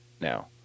now